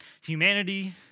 humanity